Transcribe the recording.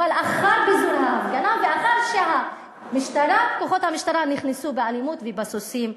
אבל לאחר פיזור ההפגנה ואחרי שכוחות המשטרה נכנסו באלימות ובסוסים,